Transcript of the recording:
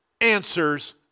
answers